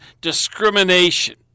discrimination